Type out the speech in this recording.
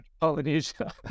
Polynesia